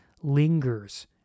lingers